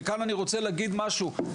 וכאן אני רוצה להגיד משהו,